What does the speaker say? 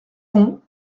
pont